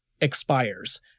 expires